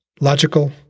Logical